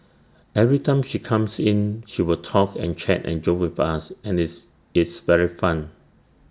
every time she comes in she will talk and chat and joke with us and it's it's very fun